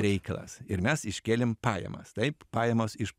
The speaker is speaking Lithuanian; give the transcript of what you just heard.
reikalas ir mes iškėlėm pajamas taip pajamos iš